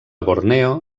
borneo